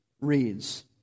reads